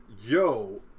yo